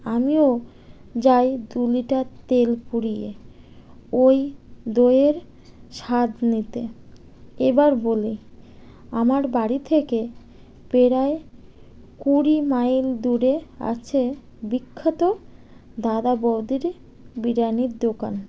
আমিও যাই দু লিটার তেল পুড়িয়ে ওই দইয়ের স্বাদ নিতে এবার বলি আমার বাড়ি থেকে পেরয় কুড়ি মাইল দূরে আছে বিখ্যাত দাদা বৌদির বিরিয়ানির দোকান